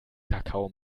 kakao